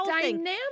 dynamic